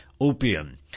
opium